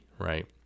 right